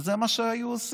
שזה מה שהיו עושים.